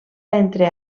entre